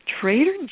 Trader